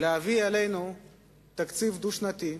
להביא אלינו תקציב דו-שנתי,